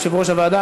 יושב-ראש הוועדה,